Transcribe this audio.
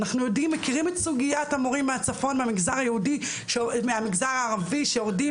אנחנו מכירים את סוגיית המורים מהצפון מהמגזר הערבי שיורדים